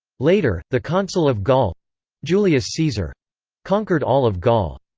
later, the consul of gaul julius caesar conquered all of gaul.